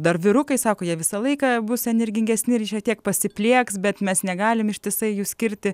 dar vyrukai sako jie visą laiką bus energingesni ir šiek tiek pasiplieks bet mes negalim ištisai jų skirti